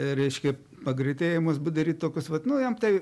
reiškia pagreitėjimas b daryt tokius vat nu jam tai